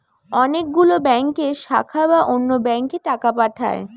অনেক গুলো ব্যাংকের শাখা বা অন্য ব্যাংকে টাকা পাঠায়